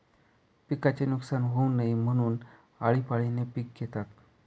पिकाचे नुकसान होऊ नये म्हणून, आळीपाळीने पिक घेतात